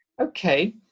Okay